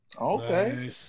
Okay